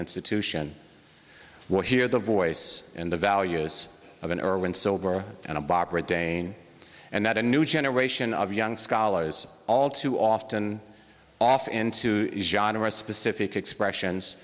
institution what hear the voice and the values of an era when sober and a barbara dane and that a new generation of young scholars all too often off into specific expressions